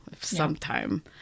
sometime